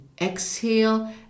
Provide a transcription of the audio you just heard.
exhale